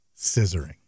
scissoring